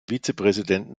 vizepräsidenten